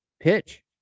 pitch